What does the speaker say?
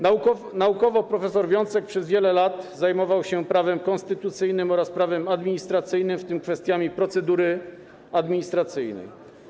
Naukowo prof. Wiącek przez wiele lat zajmował się prawem konstytucyjnym oraz prawem administracyjnym, w tym kwestiami procedury administracyjnej.